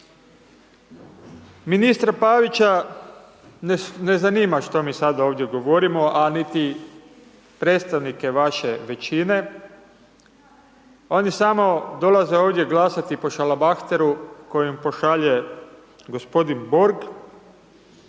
Ministra Pavića ne zanima šta mi sada ovdje govorimo, a niti predstavnike vaše većine, oni samo dolaze ovdje glasati po šalabahteru koji im pošalje gospodin Borg,